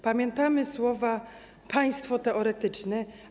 Pamiętamy słowa: państwo teoretyczne.